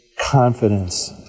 confidence